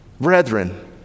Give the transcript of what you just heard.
brethren